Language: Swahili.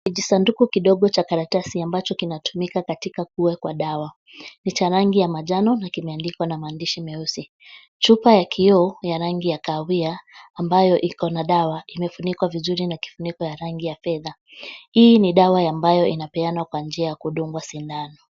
Kijisanduku kidogo cha karatasi ambacho kinatumika katika kuwekwa dawa. Ni cha rangi ya manjano na kimeandikwa na maandishi meusi. Chupa ya kioo, ya rangi ya kahawia ambayo iko na dawa imefunikwa vizuri na kifuniko ya rangi ya fedha, hii ni dawa ambayo inapeanwa kwa njia ya kudungwa sindano.